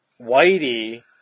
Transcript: Whitey